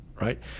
Right